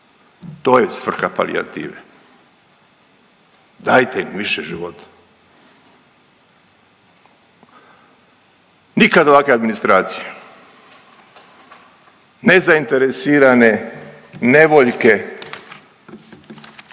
To je svrha palijative, dajte im više života. Nikad ovakve administracije, nezainteresirane, ne voljke,